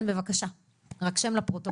כן בבקשה, רק שם לפרוטוקול.